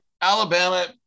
Alabama